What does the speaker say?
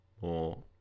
more